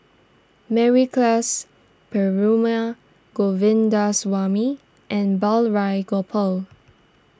Mary Klass Perumal Govindaswamy and Balraj Gopal